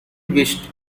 wished